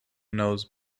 knows